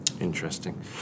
Interesting